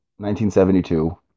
1972